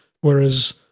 whereas